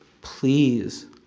Please